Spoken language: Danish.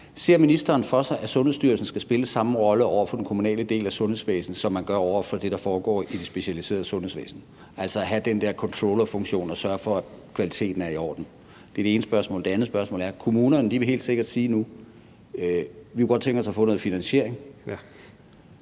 Ser ministeren for sig, at Sundhedsstyrelsen skal spille den samme rolle over for den kommunale del af sundhedsvæsenet, som man gør over for det, der foregår i det specialiserede sundhedsvæsen, altså at have den der controllerfunktion og sørge for, at kvaliteten er i orden? Det er det ene spørgsmål. Det andet spørgsmål: Kommunerne vil helt sikkert nu sige, at de godt kunne tænke sig at få noget finansiering.